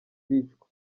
bicwa